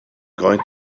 going